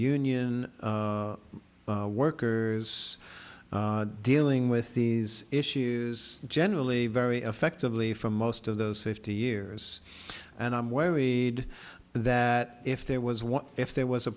union workers dealing with these issues generally very effectively for most of those fifty years and i'm worried that if there was what if there was a